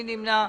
מי נמנע?